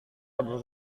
adalah